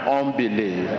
unbelief